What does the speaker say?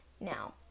now